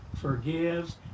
forgives